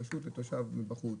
הרשות לתושב מבחוץ,